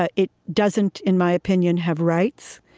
ah it doesn't, in my opinion, have rights,